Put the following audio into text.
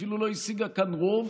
אפילו לא השיגה כאן רוב